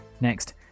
Next